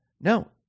No